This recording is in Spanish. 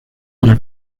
para